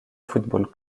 football